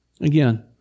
Again